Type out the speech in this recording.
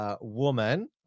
woman